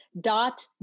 dot